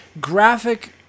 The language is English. graphic